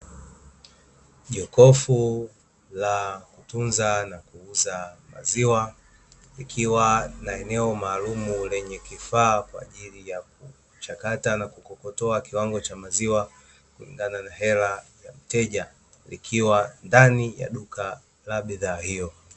Jokofu la kutunza na kuuza maziwa, Likiwa na eneo maalumu lenye kifaa kwaajili ya kuchakata na kukokotoa kiwango cha maziwa kulingana na hela ya mteja, Likiwa ndani ya duka la bidhaa hiyo.